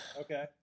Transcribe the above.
okay